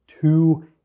two